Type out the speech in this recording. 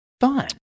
fun